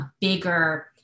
bigger